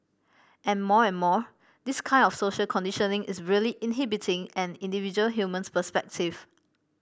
and more and more this kind of social conditioning is really inhibiting an individual human perspective